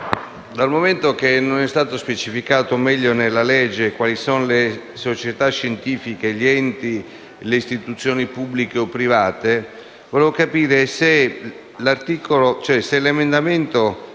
dal momento che non è stato specificato bene nel provvedimento quali sono le società scientifiche, gli enti, le istituzioni pubbliche o private, vorrei capire se le federazioni